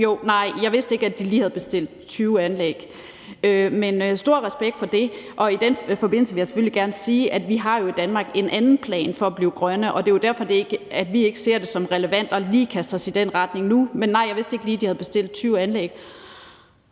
men, nej, jeg vidste ikke, at Ukraine lige havde bestilt 20 anlæg – stor respekt for det. I den forbindelse vil jeg selvfølgelig gerne sige, at vi i Danmark jo har en anden plan for at blive grønne, og det er jo derfor, vi ikke ser det som relevant lige at kaste os i den retning nu. Men nej, jeg vidste ikke, at de lige havde bestilt 20 anlæg.